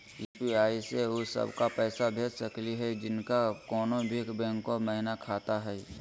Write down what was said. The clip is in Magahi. यू.पी.आई स उ सब क पैसा भेज सकली हई जिनका कोनो भी बैंको महिना खाता हई?